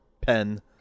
pen